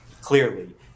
clearly